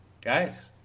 Guys